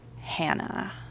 Hannah